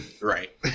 right